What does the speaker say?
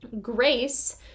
Grace